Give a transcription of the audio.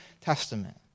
Testament